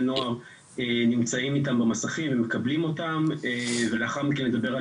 נוער נמצאים איתם במסכים ומקבלים אותם ולאחר מכן לדבר על